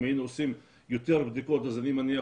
אם היינו עושים יותר בדיקות אז אני מניח